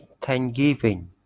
Thanksgiving